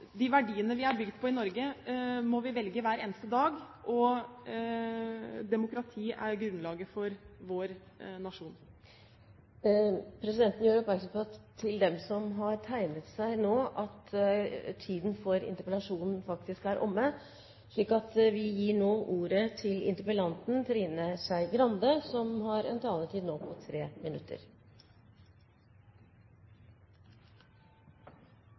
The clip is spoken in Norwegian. De verdiene vi har bygd på i Norge, må vi velge hver eneste dag, og demokrati er grunnlaget for vår nasjon. Presidenten gjør oppmerksom på, til dem som har tegnet seg nå, at tiden for interpellasjonen faktisk er omme. Presidenten gir nå ordet til interpellanten Trine Skei Grande, som har en taletid på inntil 3 minutter.